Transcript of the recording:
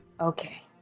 Okay